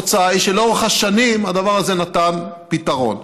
התוצאה היא שלאורך השנים הדבר הזה נתן פתרון,